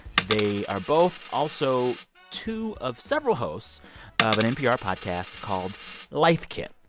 they are both also two of several hosts of an npr podcast called life kit.